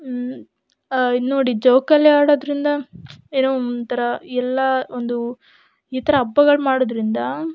ಇನ್ನು ನೋಡಿ ಜೋಕಾಲಿ ಆಡೋದರಿಂದ ಏನೋ ಒಂಥರ ಎಲ್ಲ ಒಂದು ಈ ಥರ ಹಬ್ಬಗಳ್ ಮಾಡೋದರಿಂದ